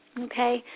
okay